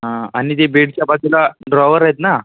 हां आणि ते बेडच्या बाजूला ड्रॅावर आहेत ना